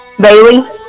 bailey